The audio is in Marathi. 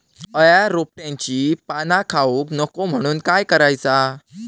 अळ्या रोपट्यांची पाना खाऊक नको म्हणून काय करायचा?